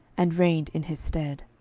and reigned in his stead.